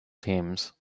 teams